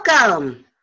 Welcome